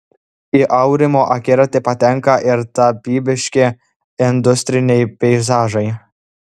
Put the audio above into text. į aurimo akiratį patenka ir tapybiški industriniai peizažai